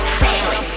family